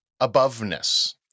aboveness